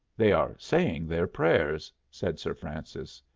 they are saying their prayers, said sir francis.